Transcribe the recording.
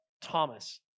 Thomas